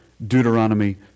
Deuteronomy